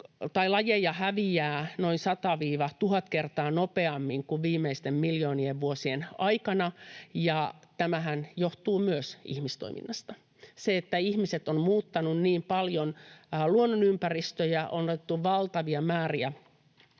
lajeja häviää noin 100—1 000 kertaa nopeammin kuin viimeisten miljoonien vuosien aikana. Tämähän johtuu myös ihmistoiminnasta, siitä, että ihmiset ovat muuttaneet niin paljon luonnonympäristöjä, on otettu valtavia määriä